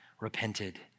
repented